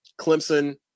Clemson